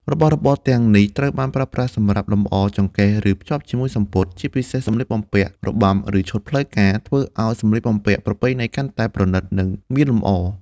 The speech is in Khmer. របស់របរទាំងនេះត្រូវបានប្រើប្រាស់សម្រាប់លម្អ ចង្កេះ ឬ ភ្ជាប់ជាមួយសំពត់ (ជាពិសេសសម្លៀកបំពាក់របាំ ឬឈុតផ្លូវការ) ធ្វើឱ្យសម្លៀកបំពាក់ប្រពៃណីកាន់តែ ប្រណីត និងមានលម្អ។